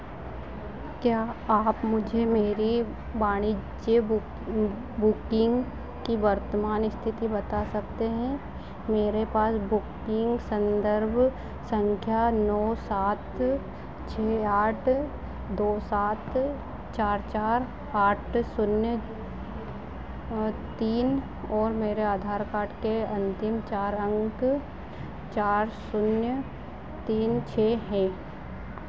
क्या आप मुझे मेरी वाणिज्य बुक बुकिंग की वर्तमान स्थिति बता सकते हैं मेरे पास बुकिंग संदर्भ संख्या नौ सात छः आठ दो सात चार चार आठ शून्य तीन और मेरे आधार कार्ड के अंतिम चार अंक चार शून्य तीन छः है